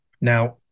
Now